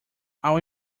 our